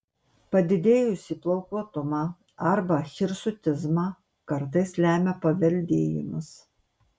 padidėjusį plaukuotumą arba hirsutizmą kartais lemia paveldėjimas